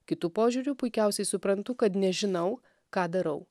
kitu požiūriu puikiausiai suprantu kad nežinau ką darau